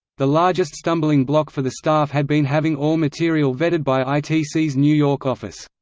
the largest stumbling block for the staff had been having all material vetted by itc's new york office.